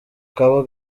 kaba